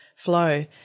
flow